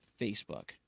Facebook